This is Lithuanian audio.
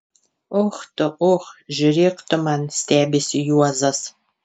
och tu och žiūrėk tu man stebisi juozas